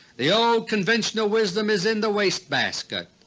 the old conventional wisdom is in the wastebasket.